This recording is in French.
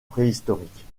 préhistoriques